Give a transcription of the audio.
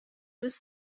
was